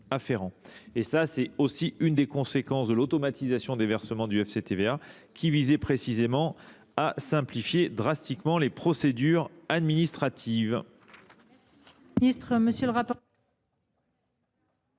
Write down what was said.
afférent. C’est une conséquence de l’automatisation des versements du FCTVA, qui visait précisément à simplifier drastiquement les procédures administratives.